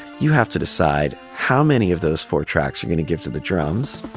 you have to decide how many of those four tracks you're going to give to the drums,